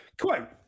Quote